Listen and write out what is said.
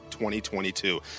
2022